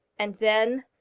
and then,